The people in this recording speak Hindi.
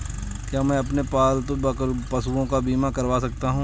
क्या मैं अपने पालतू पशुओं का बीमा करवा सकता हूं?